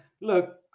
look